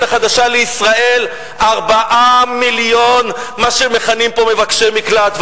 החדשה לישראל 4 מיליון מה שמכנים פה מבקשי מקלט,